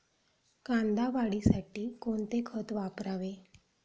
कांदा वाढीसाठी कोणते खत वापरावे?